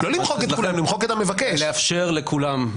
לא למחוק את כולם,